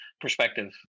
perspective